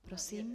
Prosím.